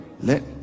let